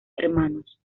hermanos